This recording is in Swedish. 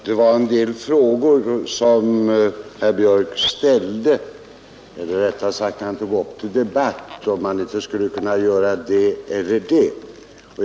Herr talman! Det var en del frågor som herr Björk tog upp till debatt och han undrade om man inte skulle kunna göra det eller det.